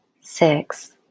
six